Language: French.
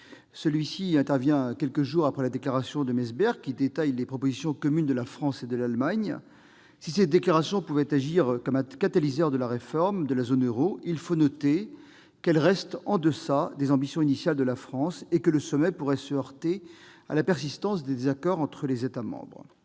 celui-ci intervient quelques jours après la déclaration de Meseberg, qui détaille les propositions communes de la France et de l'Allemagne. Cette déclaration pourrait certes agir comme un catalyseur de la réforme de la zone euro, mais il faut noter qu'elle reste en deçà des ambitions initiales de la France, et que le sommet pourrait se heurter à la persistance de désaccords entre les États membres.